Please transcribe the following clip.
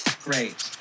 Great